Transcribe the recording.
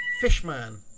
Fishman